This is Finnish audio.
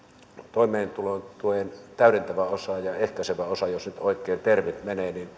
toimeentulotuen täydentävä osa ja ehkäisevä osa jos nyt oikein termit menevät